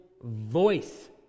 voice